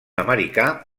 americà